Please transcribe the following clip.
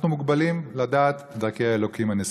אנחנו מוגבלים לדעת דרכי האלוקים הנסתרות,